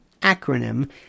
acronym